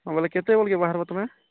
ହଁ ବୋଲେ କେତେବେଲେ କେଁ ବାହାରିବ ତମେ